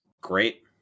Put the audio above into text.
great